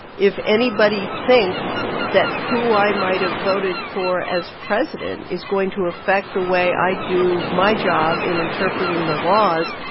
if anybody thinks that who i might have voted for as president is going to affect the way i do my job in interpreting the laws,